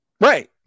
right